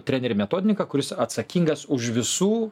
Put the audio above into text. trenerį metodininką kuris atsakingas už visų